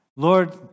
Lord